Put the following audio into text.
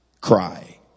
cry